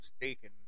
mistaken